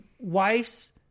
wife's